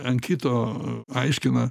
ant kito aiškina